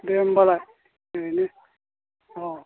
दे होनबालाय ओरैनो अ'